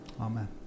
Amen